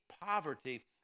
poverty